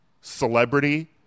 celebrity